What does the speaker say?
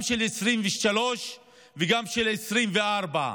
גם של 2023 וגם של 2024,